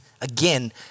Again